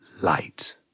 light